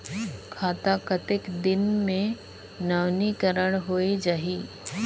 खाता कतेक दिन मे नवीनीकरण होए जाहि??